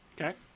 Okay